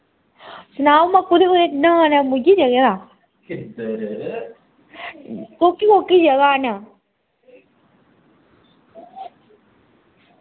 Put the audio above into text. सनाओ महा कोह्की कोह्की जगह न